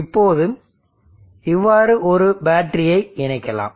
இப்போது இவ்வாறு ஒரு பேட்டரியை இணைக்கலாம்